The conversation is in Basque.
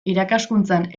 irakaskuntzan